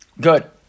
Good